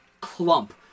clump